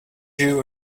you